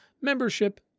membership